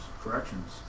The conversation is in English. corrections